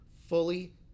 fully